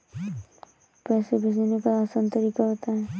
पैसे भेजने का आसान तरीका बताए?